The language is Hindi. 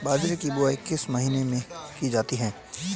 बाजरे की बुवाई किस महीने में की जाती है?